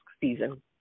season